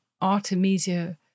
Artemisia